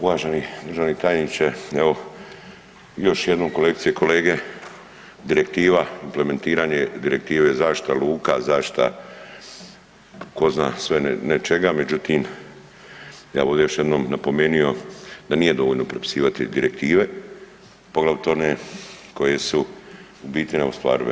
Uvaženi državni tajniče evo još jednom kolegice i kolege, direktiva, implementiranje direktive zaštita luka, zaštita tko zna sve ne čega, međutim ja bi ovde još jedanput napomenuo da nije dovoljno pripisivati direktive poglavito one koje su u biti ne ostvarive.